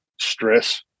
stress